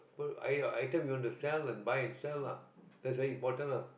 per i~ item you want to sell and buy and sell lah that's very important ah